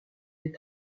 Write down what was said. les